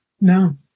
no